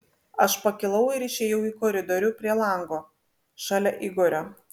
aš pakilau ir išėjau į koridorių prie lango šalia igorio